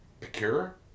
Procure